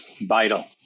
vital